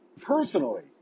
personally